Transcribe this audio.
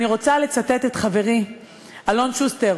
אני רוצה לצטט את חברי אלון שוסטר,